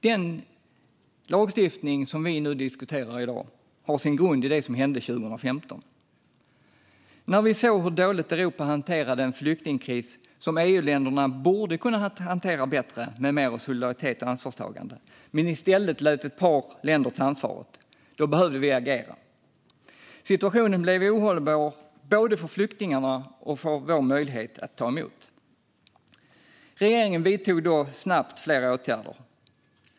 Den lagstiftning som vi diskuterar i dag har sin grund i det som hände 2015. När vi såg hur dåligt Europa hanterade en flyktingkris som EU-länderna borde ha kunnat hantera bättre, med mer av solidaritet och ansvarstagande, men i stället lät ett par länder ta ansvaret behövde vi agera. Situationen blev ohållbar både för flyktingarna och för vår möjlighet att ta emot. Regeringen vidtog då snabbt flera åtgärder.